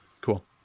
cool